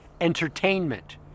entertainment